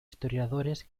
historiadores